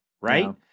right